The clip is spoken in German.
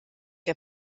der